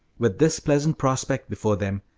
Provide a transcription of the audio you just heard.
with this pleasant prospect before them,